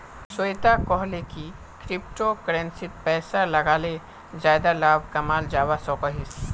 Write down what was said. श्वेता कोहले की क्रिप्टो करेंसीत पैसा लगाले ज्यादा लाभ कमाल जवा सकोहिस